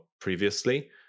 previously